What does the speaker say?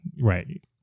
Right